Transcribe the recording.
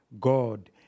God